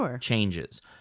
changes